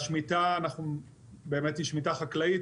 השמיטה היא שמיטה חקלאית,